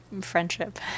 friendship